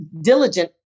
diligent